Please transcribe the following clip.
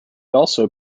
also